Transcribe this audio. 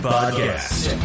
Podcast